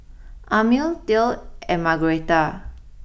Amil Dale and Margueritta